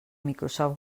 microsoft